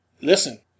Listen